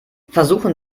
versuchen